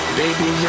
baby